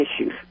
issues